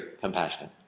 compassionate